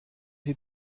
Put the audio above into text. sie